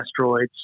asteroids